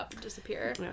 disappear